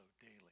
daily